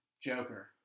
Joker